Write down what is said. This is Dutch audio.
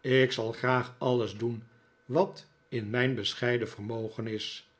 ik zal graag alles doen wat in mijnbescheiden vermogen is